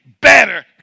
better